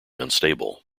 unstable